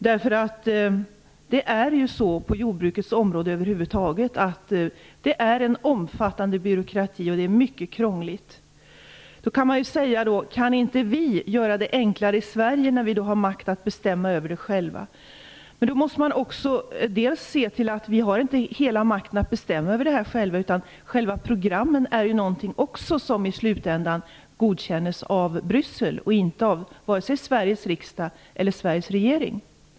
Det är på jordbrukets område en omfattande byråkrati, och det är mycket krångligt. Man kan fråga sig: Kan inte vi göra det enklare i Sverige när vi har makten att bestämma över det själva? Men då måste man komma ihåg att vi inte har hela makten att bestämma över det själva, utan själva programmen godkänns i slutändan i Bryssel, inte av vare sig Sveriges riksdag eller Sveriges regering.